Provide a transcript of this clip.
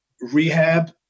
rehab